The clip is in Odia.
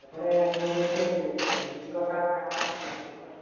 ଏପଟେ ତୁମର କିଏ ଅଛି ଏଥର ଟିକଟ୍ କାହା କାହା କାହାକୁ ମିଳିଲାନି ଟିକଟ୍